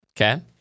Okay